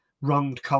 wronged